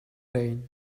layne